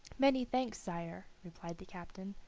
many thanks, sire, replied the captain,